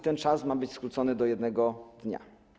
Ten czas ma być skrócony do jednego dnia.